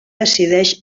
decideix